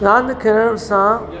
रांदि खेॾण सां